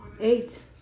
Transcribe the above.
eight